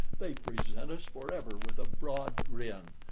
they present us for ever with a broad grin,